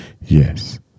yes